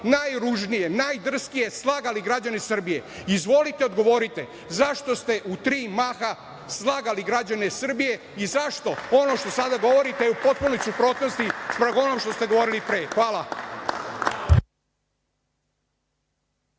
najružnije, najdrskije slagali građane Srbije. Izvolite, odgovorite zašto ste u tri maha slagali građane Srbije i zašto ono što sada govorite je u potpuno u suprotnosti spram onog što ste govorili pre? Hvala.